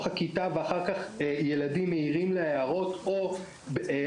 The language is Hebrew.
הכיתה ואחר כך הילדים מעירים לה הערות בהפסקה,